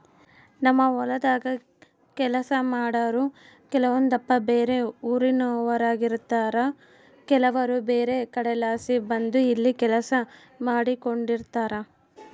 ನಮ್ಮ ಹೊಲದಾಗ ಕೆಲಸ ಮಾಡಾರು ಕೆಲವೊಂದಪ್ಪ ಬ್ಯಾರೆ ಊರಿನೋರಾಗಿರುತಾರ ಕೆಲವರು ಬ್ಯಾರೆ ಕಡೆಲಾಸಿ ಬಂದು ಇಲ್ಲಿ ಕೆಲಸ ಮಾಡಿಕೆಂಡಿರ್ತಾರ